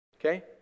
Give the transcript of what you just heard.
okay